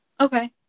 Okay